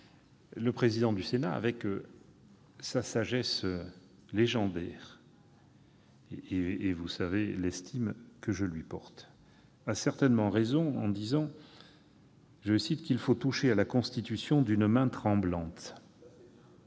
Le président du Sénat, avec sa sagesse légendaire- vous savez l'estime que je lui porte -, a certainement raison lorsqu'il dit qu'« il faut toucher à la Constitution d'une main tremblante ».